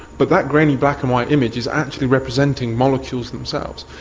but that grainy black-and-white image is actually representing molecules themselves.